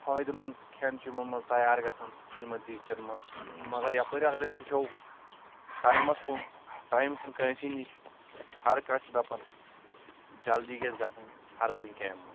فٲیدٕ منٛد کھٮ۪ن چُھ یِمن منٛز تیار گَژھان یِمن دیٖگچن منٛز مگر یپٲرۍ اگر أسۍ وٕچھو ٹایِمَس کُن ٹایِم چھُنہ کٲنٛسی نِش ہَر کانٛہہ چُھ دَپان جلدی گژھِ گَژٕھنۍ ہَر کُنہِ کامہِ منٛز